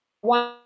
one